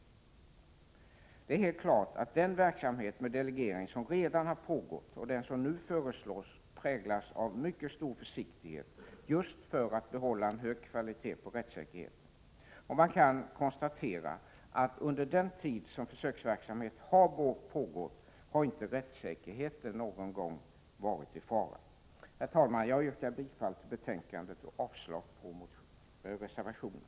Det är helt klart att den verksamhet med delegering som har pågått, och den som nu föreslås, präglas av mycket stor försiktighet just för att behålla en hög kvalitet på rättssäkerheten. Man kan konstatera att under den tid som försöksverksamheten pågått har inte rättssäkerheten någon gång varit i fara. Herr talman! Jag yrkar bifall till utskottets hemställan och avslag på reservationen.